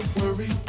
worry